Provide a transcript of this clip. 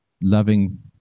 loving